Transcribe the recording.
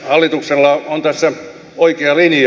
hallituksella on tässä oikea linja